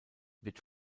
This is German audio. wird